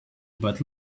but